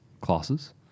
classes